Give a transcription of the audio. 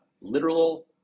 literal